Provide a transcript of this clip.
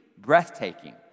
breathtaking